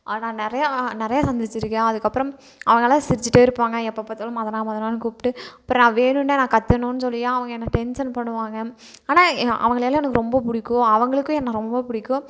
நான் நிறையா நிறையா சந்தித்துருக்கேன் அதுக்கப்புறம் அவங்களாம் சிரித்துட்டே இருப்பாங்க எப்போ பார்த்தாலும் மதனா மதனான்னு கூப்பிட்டு அப்புறம் நான் வேணுன்னே நான் கத்தணுன்னு சொல்லியே அவங்க என்ன டென்சன் பண்ணுவாங்க ஆனால் எ அவங்களையெல்லாம் எனக்கு ரொம்ப பிடிக்கும் அவங்களுக்கும் என்னை ரொம்ப பிடிக்கும்